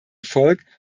volk